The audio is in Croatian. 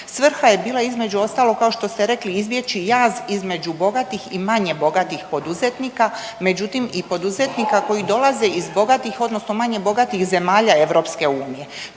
Svrha je bila između ostalog kao što ste rekli izbjeći jaz između bogatih i manje bogatih poduzetnika, međutim i poduzetnika koji dolaze iz bogatih odnosno manje bogatih zemalja EU.